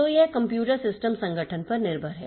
तो यह computer system संगठन पर निर्भर है